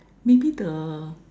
maybe the